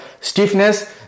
stiffness